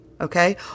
okay